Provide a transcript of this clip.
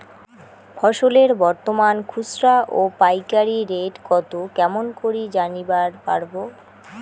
ফসলের বর্তমান খুচরা ও পাইকারি রেট কতো কেমন করি জানিবার পারবো?